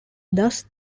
thus